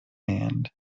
hand